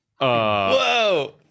Whoa